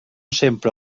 sempre